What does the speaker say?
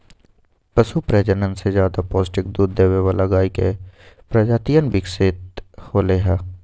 पशु प्रजनन से ज्यादा पौष्टिक दूध देवे वाला गाय के प्रजातियन विकसित होलय है